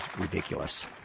ridiculous